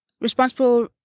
responsible